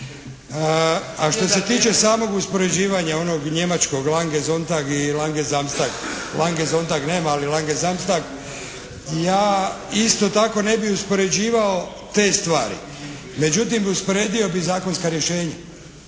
A što se tiče samog uspoređivanja onog njemačkog "lange Sontag" i "lange Samstag". "Lange Sontag" nema, ali "lange Samstag". Ja isto tako ne bih uspoređivao te stvari. Međutim usporedio bih zakonska rješenja,